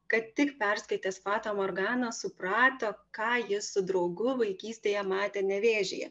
kad tik perskaitęs fatą morganą suprato ką jis su draugu vaikystėje matė nevėžyje